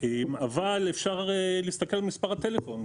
אבל אפשר להסתכל על מספר הטלפון.